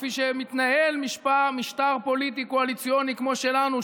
כפי שמתנהל משטר פוליטי קואליציוני כמו שלנו,